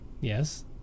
Yes